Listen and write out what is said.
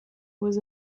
was